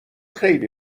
خیلی